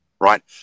right